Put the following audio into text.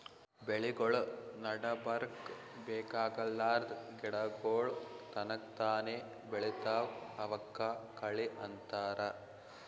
ಬೆಳಿಗೊಳ್ ನಡಬರ್ಕ್ ಬೇಕಾಗಲಾರ್ದ್ ಗಿಡಗೋಳ್ ತನಕ್ತಾನೇ ಬೆಳಿತಾವ್ ಅವಕ್ಕ ಕಳಿ ಅಂತಾರ